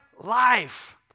life